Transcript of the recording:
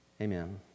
Amen